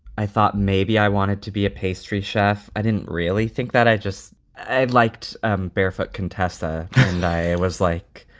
i thought maybe i wanted to be a pastry chef. i didn't really think that. i just i liked um barefoot contessa. and i was like,